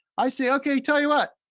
i say, okay, tell you what,